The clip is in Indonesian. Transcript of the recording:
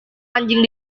anjing